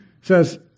says